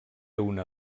una